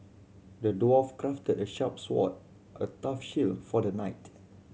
the dwarf crafted a sharp sword a tough shield for the knight